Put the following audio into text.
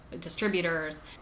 distributors